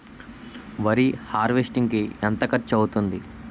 వరి హార్వెస్టింగ్ కి ఎంత ఖర్చు అవుతుంది?